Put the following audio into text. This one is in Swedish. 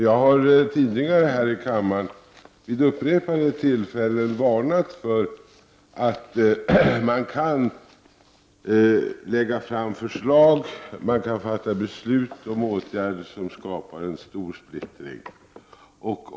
Jag har tidigare här i kammaren vid upprepade tillfällen varnat för att man kan lägga fram förslag och fatta beslut om åtgärder som skapar stor splittring.